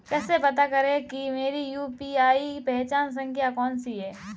कैसे पता करें कि मेरी यू.पी.आई पहचान संख्या कौनसी है?